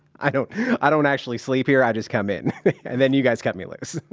i don't i don't actually sleep here. i just come in and then you guys cut me loose,